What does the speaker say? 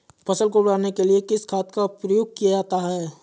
फसल को बढ़ाने के लिए किस खाद का प्रयोग किया जाता है?